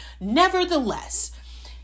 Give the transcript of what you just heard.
Nevertheless